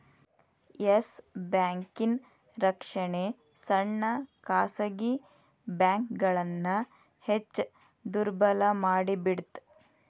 S ಬ್ಯಾಂಕಿನ್ ರಕ್ಷಣೆ ಸಣ್ಣ ಖಾಸಗಿ ಬ್ಯಾಂಕ್ಗಳನ್ನ ಹೆಚ್ ದುರ್ಬಲಮಾಡಿಬಿಡ್ತ್